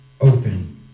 open